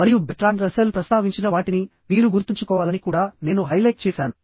మరియు Bertrand Russell ప్రస్తావించిన వాటిని మీరు గుర్తుంచుకోవాలని కూడా నేను హైలైట్ చేసాను